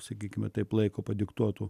sakykime taip laiko padiktuotų